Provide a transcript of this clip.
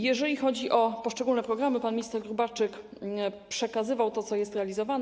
Jeżeli chodzi o poszczególne programy, pan minister Gróbarczyk przekazywał to, co jest realizowane.